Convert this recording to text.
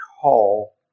call